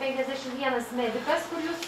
penkiasdešimt vienas medikas kur jūs